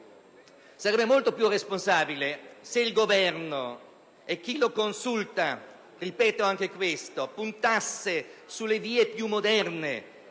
Sarebbe molto più responsabile se il Governo e chi lo consiglia - ripeto anche questo - puntasse sulle vie più moderne